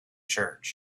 church